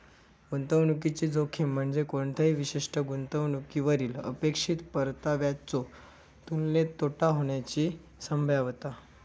गुंतवणुकीची जोखीम म्हणजे कोणत्याही विशिष्ट गुंतवणुकीवरली अपेक्षित परताव्याच्यो तुलनेत तोटा होण्याची संभाव्यता